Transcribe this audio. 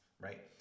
right